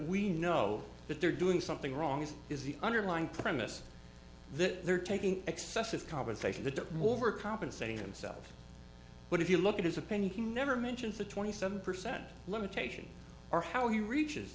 we know that they're doing something wrong as is the underlying premise that they're taking excessive compensation the more we're compensating himself but if you look at his opinion he never mentions the twenty seven percent limitation or how he reaches